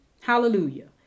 Hallelujah